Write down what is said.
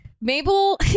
Mabel